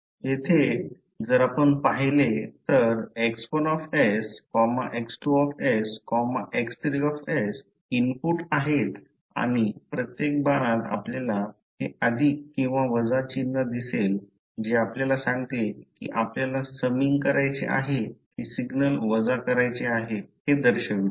येथे जर आपण पाहिले तर X1 X2 X3 इनपुटआहेत आणि प्रत्येक बाणात आपल्याला हे अधिक किंवा वजा चिन्ह दिसेल जे आपल्याला सांगते कि आपल्याला समिंग करायचे आहे की सिग्नल वजा करायचे आहेत हे दर्शवते